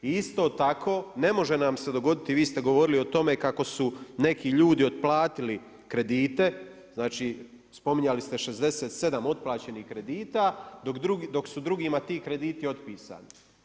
Isto tako, ne može nam se dogoditi, vi ste govorili o tome kako su neki ljudi otplatili kredite, znači spominjali ste 67 otplaćenih kredita, dok su drugima ti krediti otpisani.